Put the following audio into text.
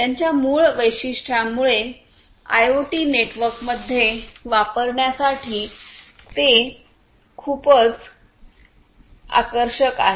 त्याच्या मूळ वैशिष्ट्यांमुळेआयओटी नेटवर्कमध्ये वापरण्यासाठी ते खूपच आकर्षक आहे